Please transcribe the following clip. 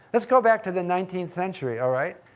let's go back to the nineteenth century, all right?